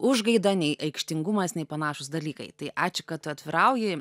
užgaida nei aikštingumas nei panašūs dalykai tai ačiū kad tu atvirauji